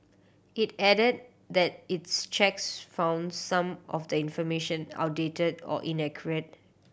it added that its checks found some of the information outdated or inaccurate